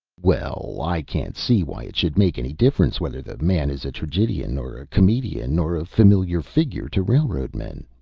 well, i can't see why it should make any difference whether the man is a tragedian, or a comedian, or a familiar figure to railroad men,